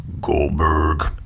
Goldberg